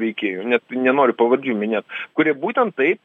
veikėjų net nenoriu pavardžių minėt kurie būtent taip